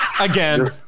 Again